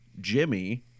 Jimmy